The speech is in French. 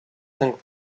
cinq